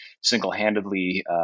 single-handedly